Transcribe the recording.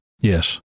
Yes